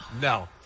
No